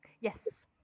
yes